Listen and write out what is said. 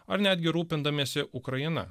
ar netgi rūpindamiesi ukraina